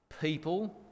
People